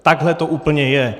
Takhle to úplně je.